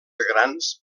grans